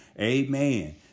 Amen